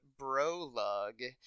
BroLug